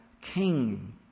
king